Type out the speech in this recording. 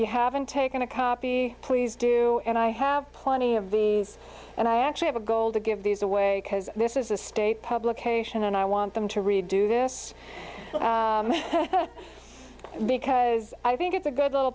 you haven't taken a copy please do and i have plenty of the and i actually have a goal to give these away because this is a state publication and i want them to redo this because i think it's a good little